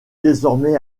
désormais